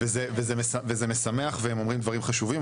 וזה משמח והם אומרים דברים חשובים,